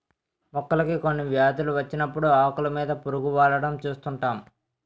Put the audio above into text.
మొక్కలకి కొన్ని వ్యాధులు వచ్చినప్పుడు ఆకులు మీద పురుగు వాలడం చూస్తుంటాం